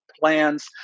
plans